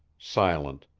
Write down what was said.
silent,